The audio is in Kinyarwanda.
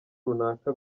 runaka